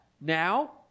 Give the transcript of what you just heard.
now